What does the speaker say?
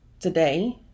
today